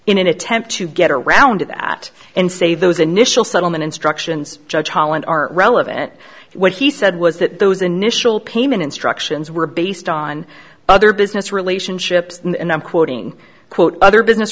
in an attempt to get around that and say those initial settlement instructions judge holland are relevant what he said was that those initial payment instructions were based on other business relationships and i'm quoting quote other business